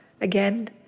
again